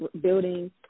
building